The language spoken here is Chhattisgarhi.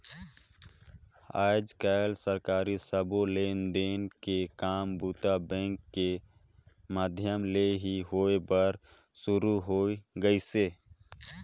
आयज कायल सरकारी सबो लेन देन के काम बूता बेंक के माधियम ले ही होय बर सुरू हो गइसे